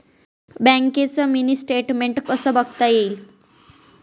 बँकेचं mini statement कसं बघता येईल?